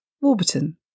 Warburton